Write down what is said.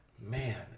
man